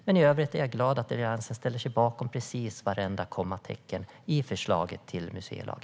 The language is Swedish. I övrigt är jag dock glad att Alliansen ställer sig bakom precis vartenda kommatecken i förslaget till museilag.